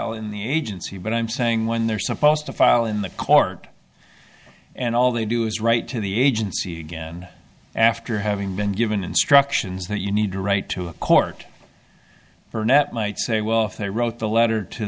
you've in the agency but i'm saying when they're supposed to file in the court and all they do is write to the agency again after having been given instructions that you need to write to a court for net might say well if they wrote the letter to